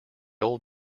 old